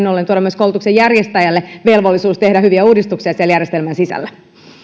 ollen tuoda myös koulutuksen järjestäjälle velvollisuus tehdä hyviä uudistuksia siellä järjestelmän sisällä